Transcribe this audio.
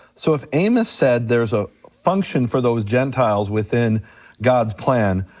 so if amos said there's a function for those gentiles within god's plan,